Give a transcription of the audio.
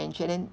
and